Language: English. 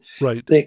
right